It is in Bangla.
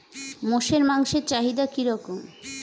মোষের মাংসের চাহিদা কি রকম?